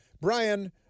Brian